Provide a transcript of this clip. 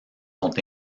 sont